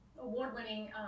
award-winning